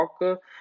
talk